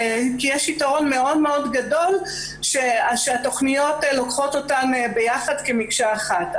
כי יש יתרון מאוד מאוד גדול שהתכניות לוקחות אותן ביחד כמקשה אחת.